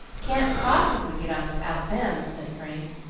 can't possibly get on without them, said frank,